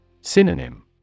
Synonym